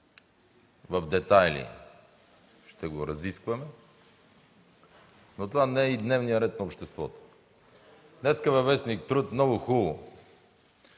в детайли ще го разискваме. Но това не е дневният ред на обществото. Днес във в. ”Труд” много хубаво